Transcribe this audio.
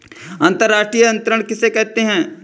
अंतर्राष्ट्रीय अंतरण किसे कहते हैं?